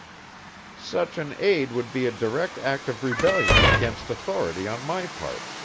such an aid would be a direct act of rebellion against authority on my part,